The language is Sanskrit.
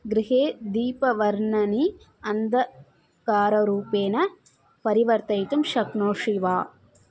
गृहे दीपवर्णानि अन्धकाररूपेण परिवर्तयितुं शक्नोषि वा